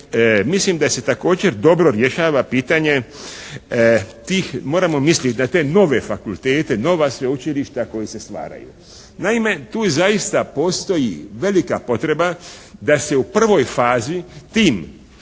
mislim da se također dobro rješava pitanje tih, moramo misliti na te nove fakultete, nova sveučilišta koja se stvaraju. Naime, tu zaista postoji velika potreba da se u prvoj fazi tim